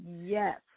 Yes